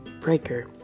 Breaker